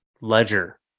ledger